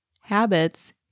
habits